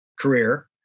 career